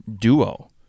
duo